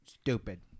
Stupid